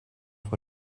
for